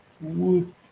Whoop